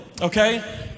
okay